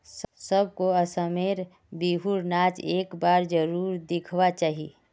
सबको असम में र बिहु र नाच एक बार जरुर दिखवा चाहि